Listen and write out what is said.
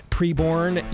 Preborn